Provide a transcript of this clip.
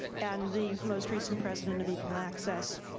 and the most recent president of equal access.